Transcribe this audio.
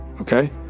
Okay